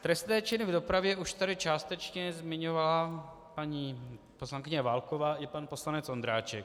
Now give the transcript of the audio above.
Trestné činy v dopravě už tady částečně zmiňovala paní poslankyně Válková i pan poslanec Ondráček.